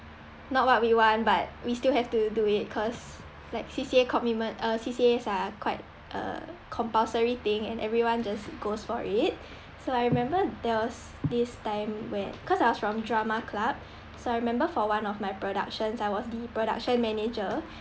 not what we want but we still have to do it cause like C_C_A commitment uh C_C_As are quite a compulsory thing and everyone just goes for it so I remember there was this time where cause I was from drama club so I remember for one of my productions I was the production manager